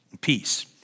peace